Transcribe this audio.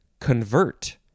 convert